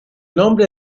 nombre